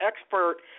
expert